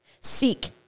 seek